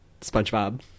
SpongeBob